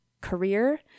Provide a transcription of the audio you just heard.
career